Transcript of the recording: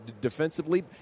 defensively